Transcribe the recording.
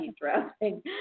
dressing